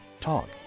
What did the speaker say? Talk